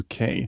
UK